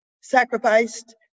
sacrificed